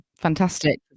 fantastic